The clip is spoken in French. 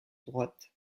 droite